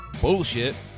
Bullshit